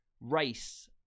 race